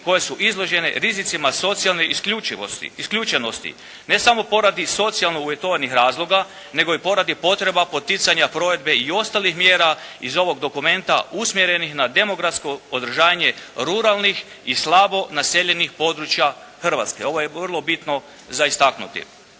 koja su izložene rizicima socijalne isključenosti. Ne samo poradi socijalno uvjetovanih razloga, nego i poradi potreba poticanja provedbe i ostalih mjera iz ovog dokumenta usmjerenih na demografsko održanje ruralnih i slabo naseljenih područja Hrvatske. Ovo je vrlo bitno za istaknuti.